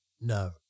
No